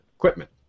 Equipment